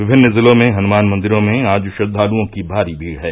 विभिन्न जिलों में हनुमान मंदिरों में आज श्रद्वालुओं की भारी भीड़ है